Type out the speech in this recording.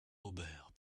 aubert